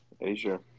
Asia